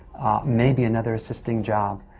maybe another assisting job.